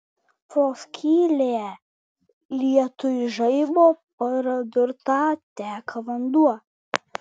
pro skylę lietuj žaibo pradurtą teka vanduo